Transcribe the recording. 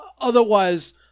otherwise